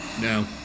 No